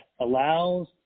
allows